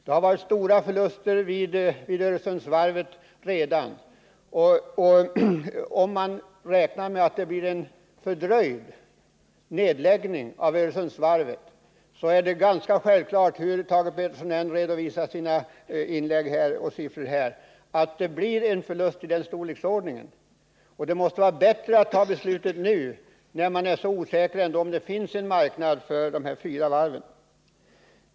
Det har redan varit stora förluster vid Öresundsvarvet, och om man räknar med att nedläggningen av Öresundsvarvet blir fördröjd är det ganska självklart — hur Thage Peterson i sina inlägg här än redovisar sina siffror — att det blir en förlust av den storleksordningen. Men det måste vara bättre att fatta beslutet nu, när man ändå är så osäker över om det finns en marknad för de här fyra stora varven.